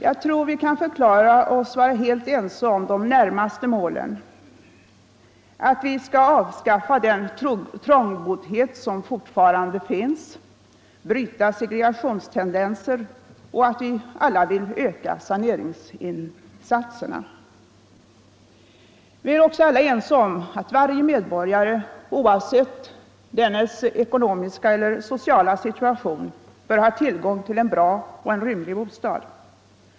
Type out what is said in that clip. Jag tror att vi kan förklara oss vara helt ense om de närmaste målen — att vi skall avskaffa den trångboddhet som fortfarande finns, bryta segregationstendenser och att vi alla vill öka saneringsinsatserna. Vi är också alla överens om att varje medborgare, oavsett dennes ekonomiska eller sociala situation, bör ha tillgång till en bra och rymlig bostad.